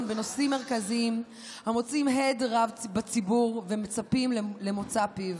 בנושאים מרכזיים המוצאים הד רב בציבור ומצפים למוצא פיו.